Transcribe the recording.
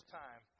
time